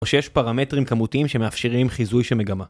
או שיש פרמטרים כמותיים שמאפשרים חיזוי של מגמה